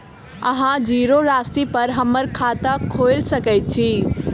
अहाँ जीरो राशि पर हम्मर खाता खोइल सकै छी?